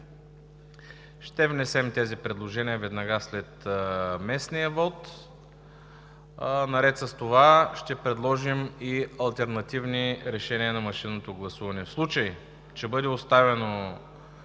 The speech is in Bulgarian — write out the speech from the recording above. Ще внесем тези предложения веднага след местния вот. Наред с това ще предложим и алтернативни решения на машинното гласуване. В случай че бъде оставено